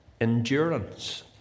endurance